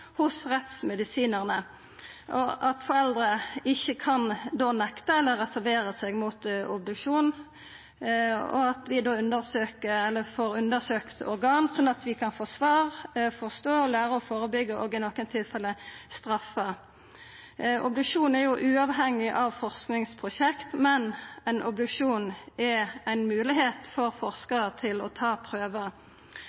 hos rettsmedisinarane. Foreldre kan då ikkje nekta eller reservera seg mot obduksjon, og vi får då undersøkt organ, slik at vi kan få svar, forstå, læra å førebyggja og i nokre tilfelle straffa. Obduksjon er jo uavhengig av forskingsprosjekt, men ei obduksjon er ein moglegheit for